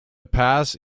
pass